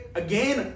again